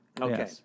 Okay